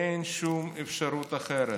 אין שום אפשרות אחרת.